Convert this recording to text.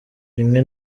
rimwe